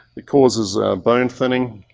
it causes bone thinning,